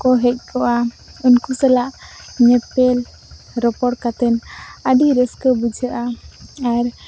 ᱠᱚ ᱦᱮᱡᱠᱚᱜᱼᱟ ᱩᱱᱠᱩ ᱥᱟᱞᱟᱜ ᱧᱮᱯᱮᱞ ᱨᱚᱯᱚᱲ ᱠᱟᱛᱮᱱ ᱟᱹᱰᱤ ᱨᱟᱹᱥᱠᱟᱹ ᱵᱩᱡᱷᱟᱹᱜᱼᱟ ᱟᱨ